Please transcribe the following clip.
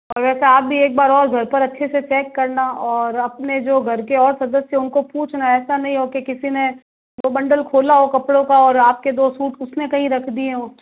और वैसे आप भी एक बार और घर पर अच्छे से चेक करना और अपने जो घर के और सदस्य हैं उनको पूछना ऐसा नहीं हो कि किसी ने वो बंडल खोला हो कपड़ों का और आपके दो सूट उसने कहीं रख दिए हों